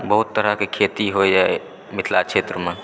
बहुत तरहकेँ खेती होइए मिथिला क्षेत्रमे